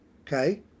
okay